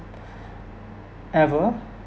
ever